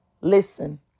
Listen